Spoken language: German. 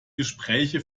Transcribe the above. gespräche